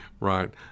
Right